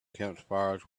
campfires